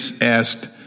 asked